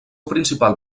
principal